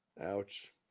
Ouch